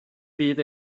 fydd